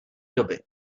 doby